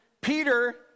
Peter